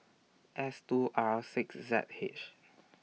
S two R six Z H